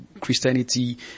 christianity